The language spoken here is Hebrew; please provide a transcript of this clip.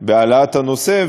בהעלאת הנושא,